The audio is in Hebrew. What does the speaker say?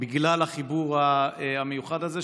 בגלל החיבור המיוחד הזה.